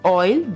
oil